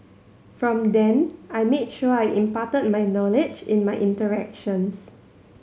from then I made sure I imparted my knowledge in my interactions